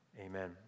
Amen